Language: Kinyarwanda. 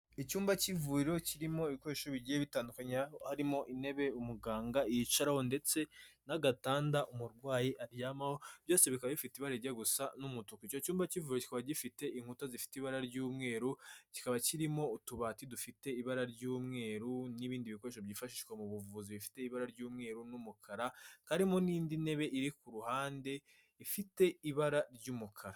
Icyumba cy'ivuriro kirimo ibikoresho bigiye bitandukanye, aho harimo intebe umuganga yicaraho ndetse n'agatanda umurwayi aryamaho, byose bikaba bifite ibara rijya gusa n'umutuku, icyo cyumba cy'ivuriro kikaba gifite inkuta zifite ibara ry'umweru, kikaba kirimo utubati dufite ibara ry'umweru, n'ibindi bikoresho byifashishwa mu buvuzi bifite ibara ry'umweru n'umukara, hakaba harimo n'indi ntebe iri ku ruhande, ifite ibara ry'umukara.